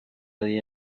día